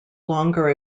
longer